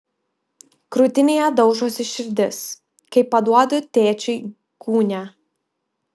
krūtinėje daužosi širdis kai paduodu tėčiui gūnią